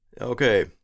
Okay